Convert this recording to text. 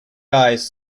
eyes